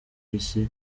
isi